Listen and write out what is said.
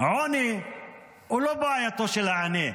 עוני הוא לא בעייתו של העני,